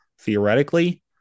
theoretically